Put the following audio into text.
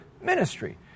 ministry